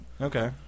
Okay